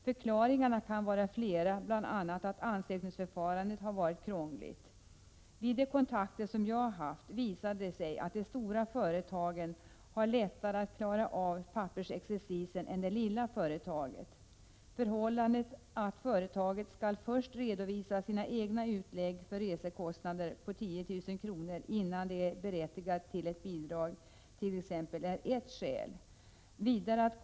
Förklaringarna kan vara flera, bl.a. att ansökningsförfarandet har varit krångligt. Vid de kontakter som jag har haft har det visat sig att de stora företagen har lättare att klara av pappersexercisen än det lilla företaget. Det förhållandet att företaget först skall redovisa sina egna utlägg för resekostnader på 10 000 kr. innan det är berättigat till bidrag är ett skäl härtill.